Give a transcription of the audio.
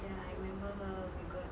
ya I remember her oh my god